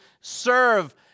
serve